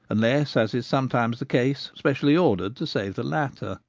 unless, as is sometimes the case, specially ordered to save the latter,